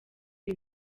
ibi